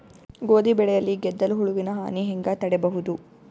ಗೋಧಿ ಬೆಳೆಯಲ್ಲಿ ಗೆದ್ದಲು ಹುಳುವಿನ ಹಾನಿ ಹೆಂಗ ತಡೆಬಹುದು?